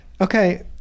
Okay